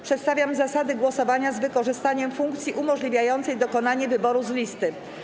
Przedstawiam zasady głosowania z wykorzystaniem funkcji umożliwiającej dokonanie wyboru z listy.